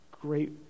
great